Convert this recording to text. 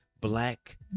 black